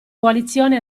coalizione